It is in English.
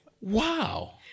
wow